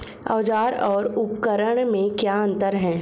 औज़ार और उपकरण में क्या अंतर है?